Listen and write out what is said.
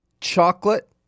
chocolate